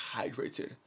hydrated